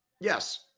Yes